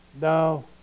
no